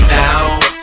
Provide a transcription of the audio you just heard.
now